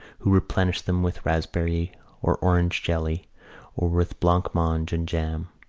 who replenished them with raspberry or orange jelly or with blancmange and jam.